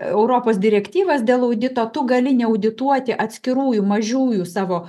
europos direktyvas dėl audito tu gali neaudituoti atskirųjų mažųjų savo